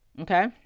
Okay